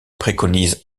préconise